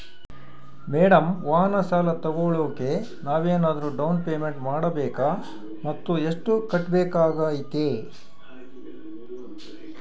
Madam ವಾಹನ ಸಾಲ ತೋಗೊಳೋಕೆ ನಾವೇನಾದರೂ ಡೌನ್ ಪೇಮೆಂಟ್ ಮಾಡಬೇಕಾ ಮತ್ತು ಎಷ್ಟು ಕಟ್ಬೇಕಾಗ್ತೈತೆ?